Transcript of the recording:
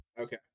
Okay